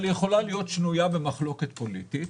אבל יכול להיות שנויה במחלוקת פוליטית,